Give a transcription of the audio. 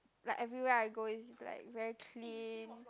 like everywhere I go is like very clean